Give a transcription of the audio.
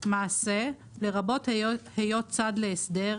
"מעשה" לרבות היות צד להסדר,